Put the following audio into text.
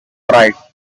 right